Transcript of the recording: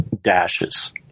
dashes